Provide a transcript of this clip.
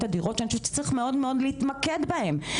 הדירות שאני חושבת שצריך מאוד להתמקד בהם.